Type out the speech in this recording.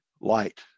light